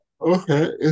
Okay